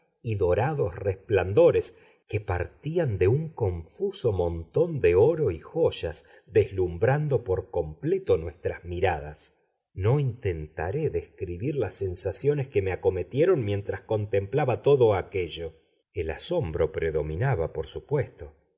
y dorados resplandores que partían de un confuso montón de oro y joyas deslumbrando por completo nuestras miradas no intentaré describir las sensaciones que me acometieron mientras contemplaba todo aquello el asombro predominaba por supuesto